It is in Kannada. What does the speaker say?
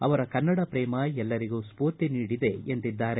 ಅವರ ಕನ್ನಡ ಪ್ರೇಮ ಎಲ್ಲರಿಗೂ ಸ್ಕೂರ್ತಿ ನೀಡಿದೆ ಎಂದಿದ್ದಾರೆ